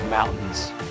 Mountains